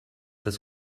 des